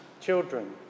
children